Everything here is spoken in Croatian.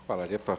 Hvala lijepa.